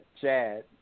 Chad